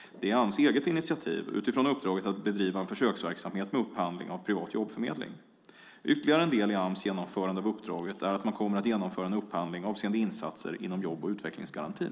Det är Ams eget initiativ utifrån uppdraget att bedriva en försöksverksamhet med upphandling av privat jobbförmedling. Ytterligare en del i Ams genomförande av uppdraget är att man kommer att genomföra en upphandling avseende insatser inom jobb och utvecklingsgarantin.